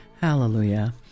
Hallelujah